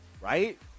Right